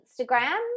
Instagram